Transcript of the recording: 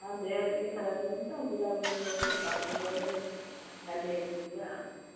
ହଁ ଦେହ ଟିକେ ଖରାପ୍ ରହୁଛି ତ ବୁଲାବୁଲି କରି ଟିକେ କମ୍ ହେଇଗଲେ କାଲି ଆଡ଼କୁ ଯିବା ଆଉ